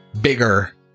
bigger